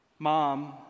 Mom